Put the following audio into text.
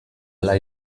hala